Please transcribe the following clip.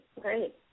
Great